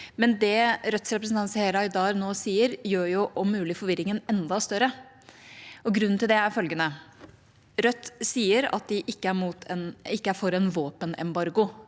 våpen. Det Rødts representant Seher Aydar nå sier, gjør jo om mulig forvirringen enda større. Grunnen til det er følgende: Rødt sier at de ikke er for en våpenembargo.